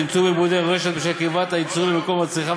צמצום איבודי רשת בשל קרבת הייצור למקום הצריכה